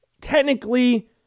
technically